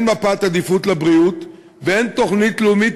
אין מפת עדיפות לבריאות ואין תוכנית לאומית